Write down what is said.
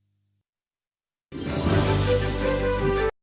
Дякую